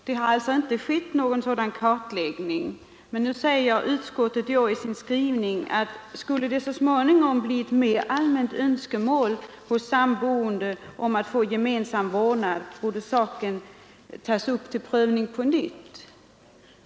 Det har inte företagits någon sådan kartläggning, men utskottet säger i sin skrivning i år, att om det så småningom skulle framträda ett mer allmänt önskemål hos samboende ogifta föräldrar om att få gemensam vårdnad, torde den saken få tas upp till prövning på nytt.